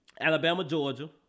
Alabama-Georgia